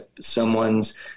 someone's